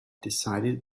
decided